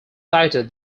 cited